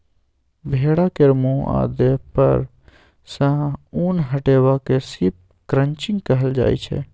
भेड़ा केर मुँह आ देह पर सँ उन हटेबा केँ शिप क्रंचिंग कहल जाइ छै